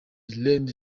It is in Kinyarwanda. red